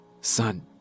son